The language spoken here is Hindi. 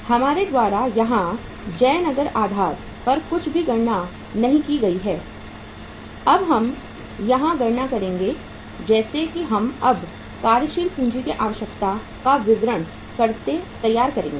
हमारे द्वारा यहां जयनगर आधार पर कुछ भी गणना नहीं की गई है अब हम यहां गणना करेंगे जैसे कि हम अब कार्यशील पूंजी की आवश्यकता का विवरण तैयार करेंगे